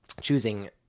choosing